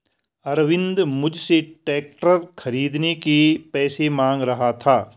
अरविंद मुझसे ट्रैक्टर खरीदने के पैसे मांग रहा था